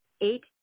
eight